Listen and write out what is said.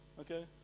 Okay